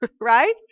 right